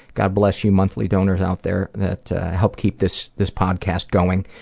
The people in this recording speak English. god bless you monthly donors out there that help keep this this podcast going.